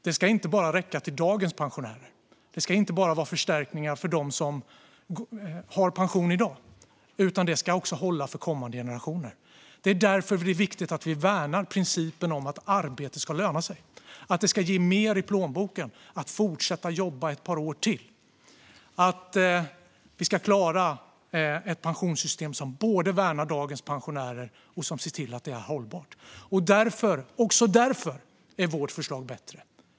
Det ska inte bara räcka till dagens pensionärer, det ska inte bara vara förstärkningar för dem som har pension i dag utan det ska också hålla för kommande generationer. Det är därför som det är viktigt att vi värnar principen om att arbete ska löna sig, att det ska ge mer i plånboken att fortsätta att jobba ett par år till och att vi ska klara ett pensionssystem som både värnar dagens pensionärer och som ser till att det är hållbart. Också därför är vårt förslag bättre.